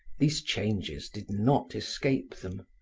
these changes did not escape them.